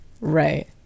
right